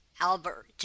Albert